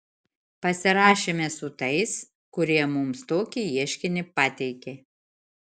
pasirašėme su tais kurie mums tokį ieškinį pateikė